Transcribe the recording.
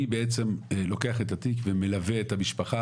מי בעצם לוקח את התיק ומלווה את המשפחה,